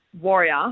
warrior